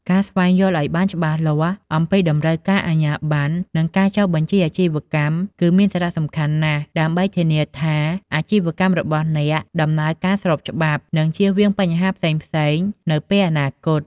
ការស្វែងយល់ឱ្យបានច្បាស់លាស់អំពីតម្រូវការអាជ្ញាប័ណ្ណ និងការចុះបញ្ជីអាជីវកម្មគឺមានសារៈសំខាន់ណាស់ ដើម្បីធានាថាអាជីវកម្មរបស់អ្នកដំណើរការស្របច្បាប់ និងជៀសវាងបញ្ហាផ្សេងៗនៅពេលអនាគត។